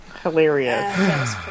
Hilarious